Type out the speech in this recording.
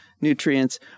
Nutrients